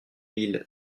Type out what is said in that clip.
mille